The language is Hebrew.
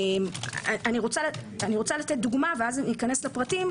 אתן דוגמה, ואז אכנס לפרטים.